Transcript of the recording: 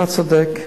אתה צודק.